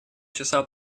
часа